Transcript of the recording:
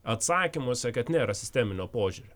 atsakymuose kad nėra sisteminio požiūrio